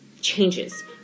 Changes